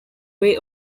way